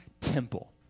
temple